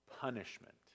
punishment